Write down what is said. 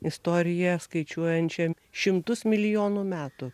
istorija skaičiuojančia šimtus milijonų metų